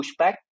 pushback